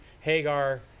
Hagar